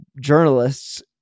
journalists